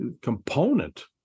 component